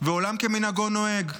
ועולם כמנהגו נוהג.